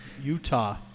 Utah